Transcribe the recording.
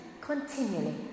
continually